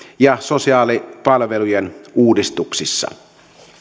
ja sosiaalipalvelujen uudistuksissa